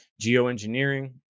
geoengineering